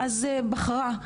ואז בחרה.